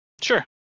Sure